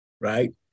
right